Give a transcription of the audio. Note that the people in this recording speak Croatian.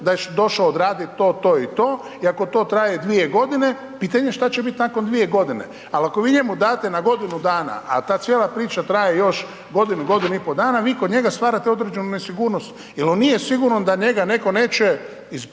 da je došao odraditi to, to i to. I ako to traje 2 g. pitanje je što će biti nakon 2 g. ali ako vi njemu date na godinu dana, a ta cijela priča traje, još godinu, godinu i pol dana, vi kod njega stvarate određenu nesigurnost, jer on nije siguran da njega netko neće, ne iz